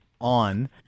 on